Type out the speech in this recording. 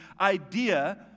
idea